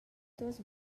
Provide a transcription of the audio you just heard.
duas